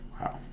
Wow